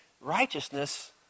righteousness